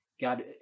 God